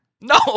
No